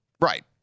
right